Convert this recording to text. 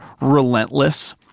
relentless